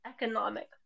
economic